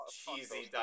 cheesy